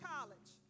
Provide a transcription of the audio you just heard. College